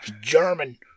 German